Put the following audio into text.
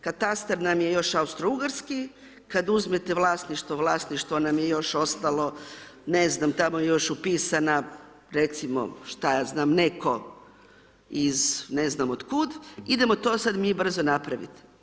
Katastar nam je još Austro-Ugarski, kada uzmete vlasništvo, vlasništvo nam je još ostalo, ne znam, tamo još upisana, recimo, šta ja znam, netko iz, ne znam otkud, idemo to sada mi brzo napraviti.